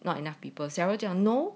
not enough people sarah 讲 no